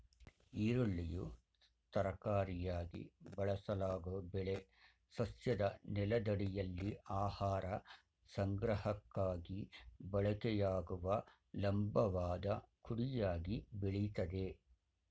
ಈರುಳ್ಳಿಯು ತರಕಾರಿಯಾಗಿ ಬಳಸಲಾಗೊ ಬೆಳೆ ಸಸ್ಯದ ನೆಲದಡಿಯಲ್ಲಿ ಆಹಾರ ಸಂಗ್ರಹಕ್ಕಾಗಿ ಬಳಕೆಯಾಗುವ ಲಂಬವಾದ ಕುಡಿಯಾಗಿ ಬೆಳಿತದೆ